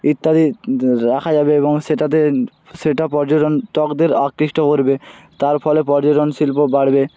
ইত্যাদি রাখা যাবে এবং সেটাতে সেটা পর্যটন টকদের আকৃষ্ট করবে তার ফলে পর্যটন শিল্প বাড়বে